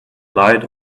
light